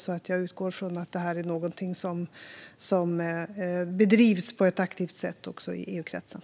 Jag utgår ifrån att detta bedrivs på ett aktivt sätt i EU-kretsen.